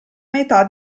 metà